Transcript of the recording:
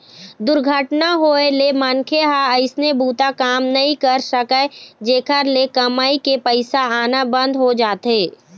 दुरघटना होए ले मनखे ह अइसने बूता काम नइ कर सकय, जेखर ले कमई के पइसा आना बंद हो जाथे